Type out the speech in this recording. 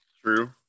True